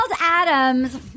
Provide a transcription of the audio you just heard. Adams